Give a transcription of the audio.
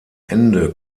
ende